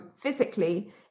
physically